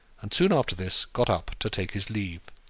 and soon after this got up to take his leave.